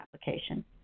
application